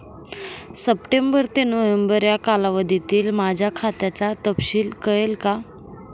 September ते November या कालावधीतील माझ्या खात्याचा तपशील कळेल का?